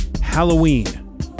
Halloween